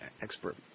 expert